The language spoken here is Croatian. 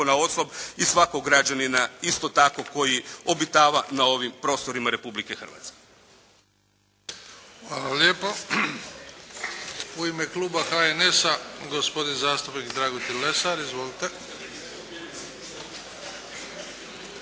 ponaosob i svakog građanina isto tako koji obitava na ovim prostorima Republike Hrvatske. **Bebić, Luka (HDZ)** Hvala lijepo. U ime Kluba HNS-a gospodin zastupnik Dragutin Lesar. Izvolite.